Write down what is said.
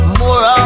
more